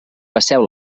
passeu